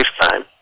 lifetime